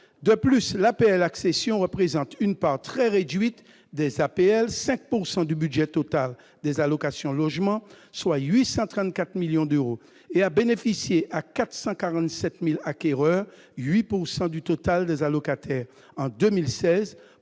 De plus, l'APL-accession, qui représente une part très réduite des APL, à savoir 5 % du budget total des allocations logement, soit 834 millions d'euros, a bénéficié à 447 000 acquéreurs, soit 8 % du total des allocataires en 2016,